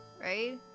right